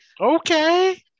Okay